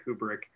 Kubrick